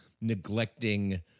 neglecting